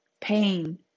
pain